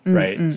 right